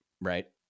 right